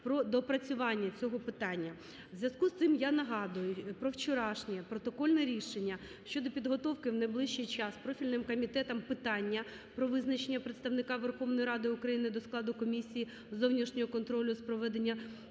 про доопрацювання цього питання. В зв’язку з цим я нагадую про вчорашнє протокольне рішення щодо підготовки в найближчий час профільним комітетом питання про визначення представника Верховної Ради України до складу Комісії з зовнішнього контролю з проведення